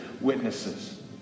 witnesses